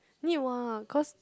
need what cause